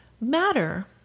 matter